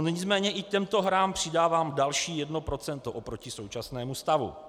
Nicméně i k těmto hrám přidávám další 1 % oproti současnému stavu.